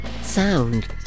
sound